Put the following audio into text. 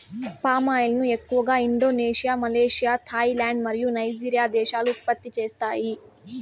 palm oil ను ఎక్కువగా Indonesia, Malaysia, Thailand మరియు నైజీరియా దేశాలు ఉత్పత్తి చేస్తాయి